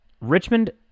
Richmond